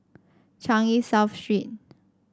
Changi South Street